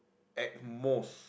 at most